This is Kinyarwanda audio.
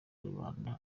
rubanda